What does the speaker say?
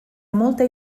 molta